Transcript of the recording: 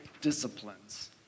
disciplines